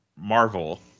Marvel